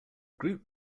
group